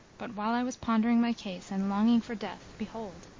but while i was pondering my case and longing for death behold,